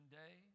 day